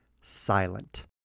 silent